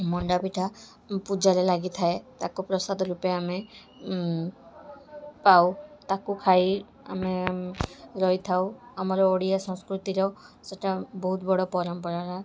ମଣ୍ଡା ପିଠା ପୂଜାରେ ଲାଗିଥାଏ ତାକୁ ପ୍ରସାଦ ରୂପେ ଆମେ ପାଉ ତାକୁ ଖାଇ ଆମେ ରହିଥାଉ ଆମର ଓଡ଼ିଆ ସଂସ୍କୃତିର ସେଟା ବହୁତ ବଡ଼ ପରମ୍ପରା